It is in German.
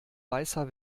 weißer